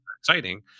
exciting